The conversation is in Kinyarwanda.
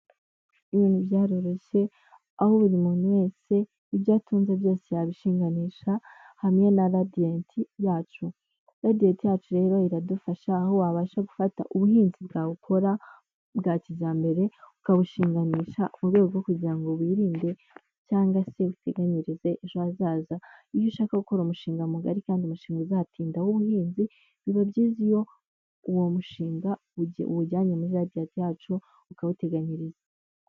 Ibintu byaroroshye aho buri muntu wese ibyo atunze byose yabishinganisha hamwe na Radiyanti yacu, Radiyanti yacu rero iradufasha aho wabasha gufata ubuhinzi bwawe ukora bwa kijyambere ukabushinganisha mu rwego rwo kugira ngo wirinde cyangwa se uteganyirize ejo hazaza. Iyo ushaka gukora umushinga mugari kandi umushinga uzatinda w'ubuhinzi biba byiza iyo uwo mushinga ugiye uwujyanye muri Radiyanti yacu ukawuteganyiriza.